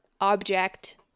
object